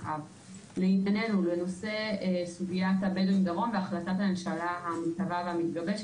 בנושא סוגיית הבדואים בדרום והחלטת הממשלה המתגבשת,